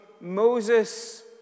Moses